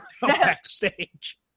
backstage